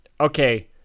Okay